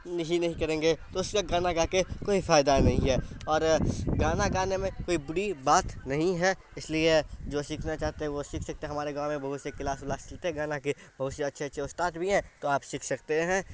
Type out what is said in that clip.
نہیں نہیں کریں گے تو اس کا گانا گا کے کوئی فائدہ نہیں ہے اور گانا گانے میں کوئی بری بات نہیں ہے اس لیے جو سیکھنا چاہتے ہیں وہ سیکھ سکتے ہیں ہمارے گاؤں میں بہت سے کلاس اولاس چلتے ہیں گانا کے بہت سے اچھے اچھے استاد بھی ہیں تو آپ سیکھ سکتے ہیں